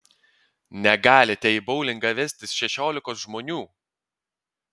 negalite į boulingą vestis šešiolikos žmonių